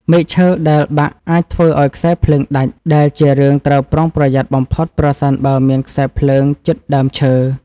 មែកឈើដែលបាក់អាចធ្វើឱ្យខ្សែភ្លើងដាច់ ដែលជារឿងត្រូវប្រុងប្រយ័ត្នបំផុតប្រសិនបើមានខ្សែភ្លើងជិតដើមឈើ។